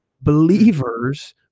believers